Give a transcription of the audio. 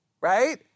right